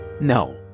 No